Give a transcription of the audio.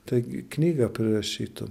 tai gi knygą parašytų